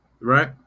Right